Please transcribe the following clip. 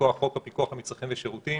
מכוח חוק הפיקוח על מצרכים ושירותים.